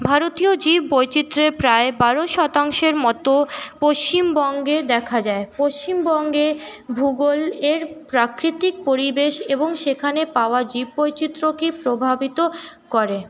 ভারতীয় জীব বৈচিত্রের প্রায়ে বারো শতাংশের মত পশ্চিমবঙ্গে দেখা যায় পশ্চিমবঙ্গে ভূগোলের প্রাকৃতিক পরিবেশ এবং সেখানে পাওয়া জীব বৈচিত্রকে প্রভাবিত করে